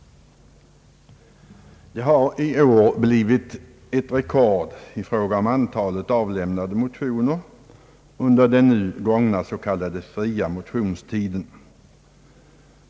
Det har i år blivit ett rekord i fråga om antalet avlämnade motioner under den nu gångna s.k. fria motionstiden.